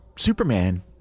Superman